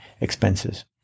expenses